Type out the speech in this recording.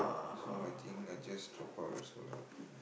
so I think I just drop out also lah